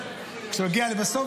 כשזה מגיע לסוף,